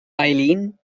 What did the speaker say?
eileen